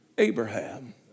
Abraham